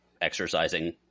exercising